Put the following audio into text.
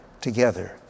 together